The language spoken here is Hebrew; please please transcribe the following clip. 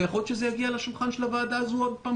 ויכול להיות שזה יגיע לשולחן של הוועדה הזאת שוב,